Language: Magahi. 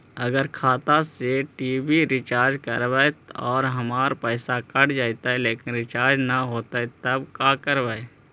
अगर खाता से टी.वी रिचार्ज कर देबै और हमर पैसा कट जितै लेकिन रिचार्ज न होतै तब का करबइ?